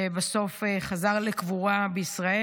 ובסוף חזר לקבורה בישראל.